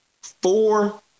four